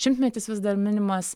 šimtmetis vis dar minimas